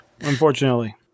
Unfortunately